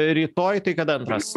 rytoj tai kada antras